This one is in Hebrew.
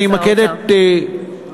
אני אמקד את תשובתי.